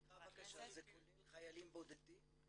סליחה, זה כולל חיילים בודדים?